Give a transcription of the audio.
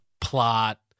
plot